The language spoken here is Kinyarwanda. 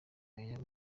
aya